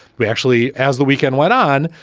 we actually as the weekend went on,